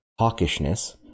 hawkishness